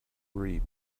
reap